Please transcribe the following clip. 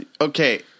okay